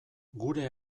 gure